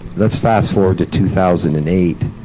let's fast-forward to two thousand and eight,